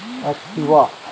Activa